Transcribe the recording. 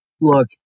Look